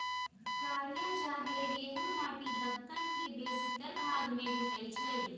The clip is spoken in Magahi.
कारिया चाहे रेगुर माटि दक्कन के बेशीतर भाग में भेटै छै